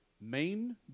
main